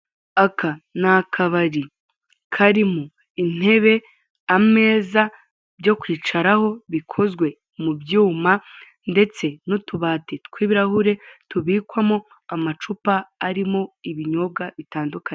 Aka ni akabari karimo intebe, ameza, byo kwicaraho bikozwe mu byuma, ndetse n'utubati tw'ibirahure tubikwamo amacupa arimo ibinyobwa bitandukanye.